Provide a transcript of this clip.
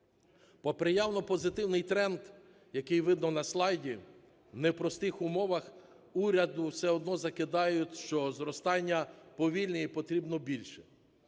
Попри явно позитивний тренд, який видно на слайді, не в простих умовах уряду все одно закидають, що зростання повільне і потрібно більше.